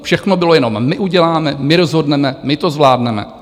Všechno bylo jenom my uděláme, my rozhodneme, my to zvládneme.